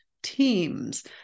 teams